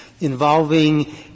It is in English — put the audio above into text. involving